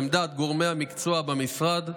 עמדת גורמי המקצוע במשרד: